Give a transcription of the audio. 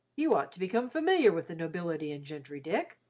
you ought to become familiar with the nobility and gentry, dick.